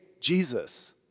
Jesus